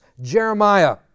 Jeremiah